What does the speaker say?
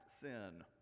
sin